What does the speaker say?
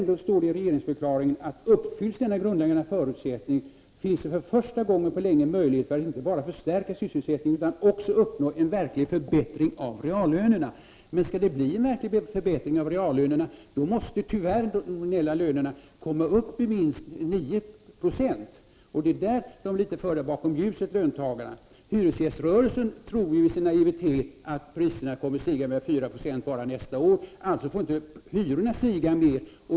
Det står i regeringsförklaringen: ”Uppfylles denna grundläggande förutsättning, finns det för första gången på länge möjligheter att inte bara förstärka sysselsättningen utan också uppnå en verklig förbättring av reallönerna.” Men skall det bli en verklig förbättring av reallönerna måste tyvärr de nominella lönerna stiga med minst 9 926. Det är på den punkten löntagarna är litet förda bakom ljuset. Hyresgäströrelsen tror i sin naivitet att priserna kommer att stiga med bara 4 96 nästa år, och därför får inte hyrorna stiga mer.